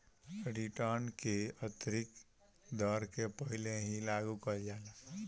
return की आतंरिक दर के पहिले ही लागू कईल जाला